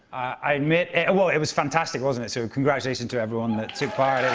i admit well, it was fantastic, wasn't it? so congratulations to everyone that took